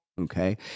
Okay